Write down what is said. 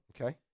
Okay